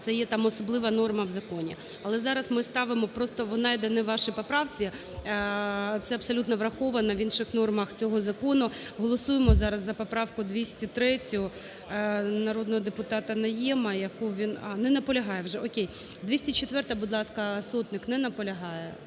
Це є так особлива норма у законі. Але зараз ми ставимо, просто вона йде не у вашій поправці, це абсолютно враховано в інших нормах цього закону. Голосуємо зараз за поправку 203 народного депутата Найєма, яку він… А, не наполягає вже. О'кей. 204-а. Будь ласка, Сотник. Не наполягає?